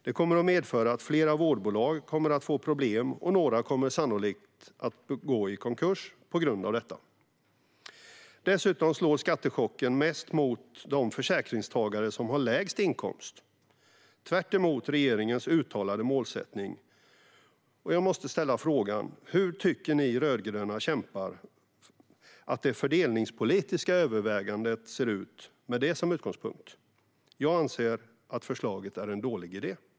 Det kommer att medföra att flera vårdbolag kommer att få problem, och några kommer sannolikt att gå i konkurs på grund av detta. Dessutom slår skattechocken mest mot de försäkringstagare som har lägst inkomst, tvärtemot regeringens uttalade målsättning. Jag måste ställa frågan: Hur tycker ni rödgröna kämpar att det fördelningspolitiska övervägandet ser ut med det som utgångspunkt? Jag anser att förslaget är en dålig idé.